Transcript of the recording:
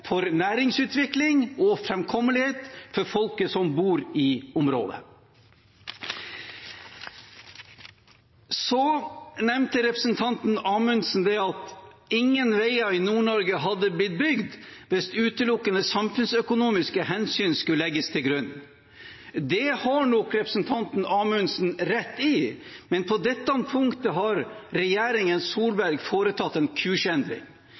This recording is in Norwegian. for næringsutvikling og framkommelighet for folket som bor i området. Så nevnte representanten Amundsen at ingen veier i Nord-Norge hadde blitt bygd hvis utelukkende samfunnsøkonomiske hensyn skulle legges til grunn. Det har nok representanten Amundsen rett i, men på dette punktet har regjeringen Solberg foretatt en kursendring,